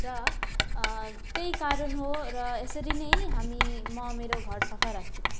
र त्यही कारण हो र यसरी नै हामी म मेरो घर सफा राख्छु